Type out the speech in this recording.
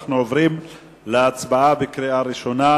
אנחנו עוברים להצבעה בקריאה ראשונה.